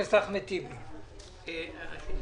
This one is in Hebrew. הכנסת ינון אזולאי, בבקשה.